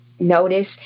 notice